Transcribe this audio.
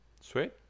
sweet